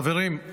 חברים,